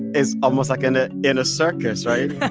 is almost like in ah in a circus. right? yeah